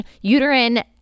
uterine